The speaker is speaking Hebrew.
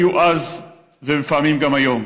היו אז והם מפעמים גם היום.